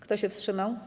Kto się wstrzymał?